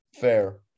Fair